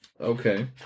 Okay